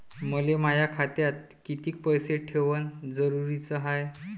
मले माया खात्यात कितीक पैसे ठेवण जरुरीच हाय?